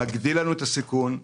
מגדילה לנו את הסיכון,